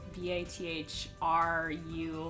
b-a-t-h-r-u